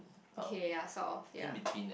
okay ya sort of ya